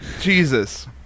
Jesus